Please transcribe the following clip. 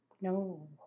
No